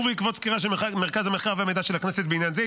ובעקבות סקירה של מרכז המחקר והמידע של הכנסת בעניין זה,